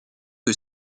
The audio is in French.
que